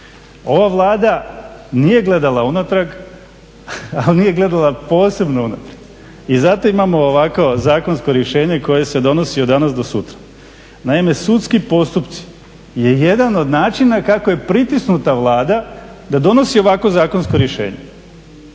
Ova Vlada nije gledala unatrag, ali nije gledala posebno unatrag. I zato imamo ovakvo zakonsko rješenje koje se donosi od danas do sutra. Naime, sudski postupci je jedan od načina kako je pritisnuta Vlada da donosi ovakvo zakonsko rješenje.